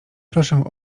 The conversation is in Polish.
proszę